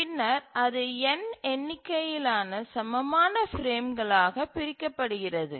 பின்னர் அது n எண்ணிக்கையிலான சமமான பிரேம்களாகப் பிரிக்கப்படுகிறது